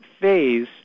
phase